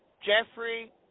Jeffrey